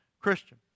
Christian